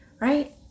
Right